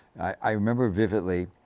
i remember vividly,